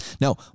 Now